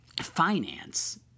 finance